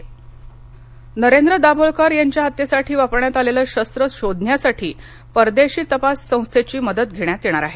दाभोलकर नरेंद्र दाभोलकर यांच्या हत्त्येसाठी वापरण्यात आलेलं शस्त्र शोधण्यासाठी परदेशी तपास संस्थेची मदत घेण्यात येत आहे